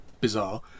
bizarre